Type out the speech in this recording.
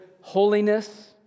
holiness